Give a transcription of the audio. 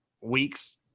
weeks